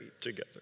together